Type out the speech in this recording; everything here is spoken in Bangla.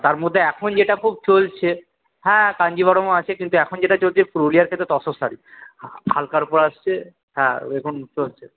তার মধ্যে এখন যেটা খুব চলছে হ্যাঁ কাঞ্জিভরমও আছে কিন্তু এখন যেটা চলছে পুরুলিয়ার থেকে তসর শাড়ি হাল্কার উপর আসছে হ্যাঁ এখন চলছে